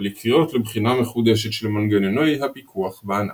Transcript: ולקריאות לבחינה מחודשת של מנגנוני הפיקוח בענף.